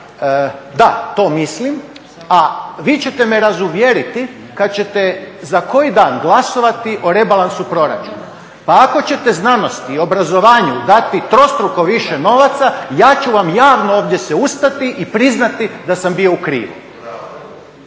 da, to mislim, a vi ćete me razuvjeriti kada ćete za koji dan glasovati o rebalansu proračuna. pa ako ćete znanosti i obrazovanju dati trostruko više novaca, ja ću vam javno ovdje se ustati i priznati da sam bio u krivu.